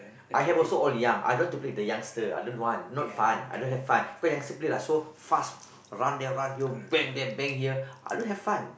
I have also all young I don't want to play with the youngster I don't want not fun I don't have fun because youngster play like so fast run there run here bang there bang here I don't have fun